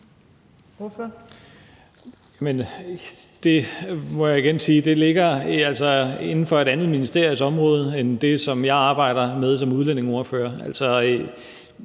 altså ligger inden for et andet ministeriums område end det, som jeg arbejder med som udlændingeordfører.